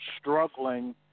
struggling